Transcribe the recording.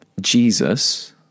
Jesus